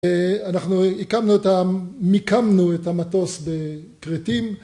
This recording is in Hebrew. אנחנו עיקמנו מיקומנו את המטוס בכרתים